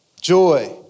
joy